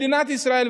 מדינת ישראל,